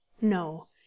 No